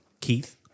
Keith